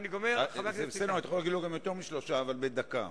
זה בסדר, אתה יכול לומר לו יותר משלושה, אבל בדקה.